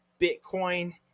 Bitcoin